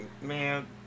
Man